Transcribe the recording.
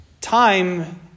Time